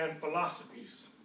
philosophies